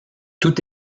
tout